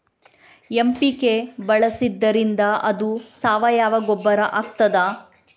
MPK ಬಳಸಿದ್ದರಿಂದ ಅದು ಸಾವಯವ ಗೊಬ್ಬರ ಆಗ್ತದ?